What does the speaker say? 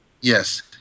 Yes